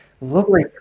Lovely